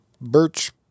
Birch